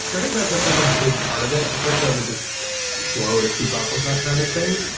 i think that's that's a big part of it. and curriculum is just slow to keep up with that kind of thing.